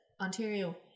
ontario